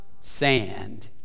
sand